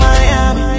Miami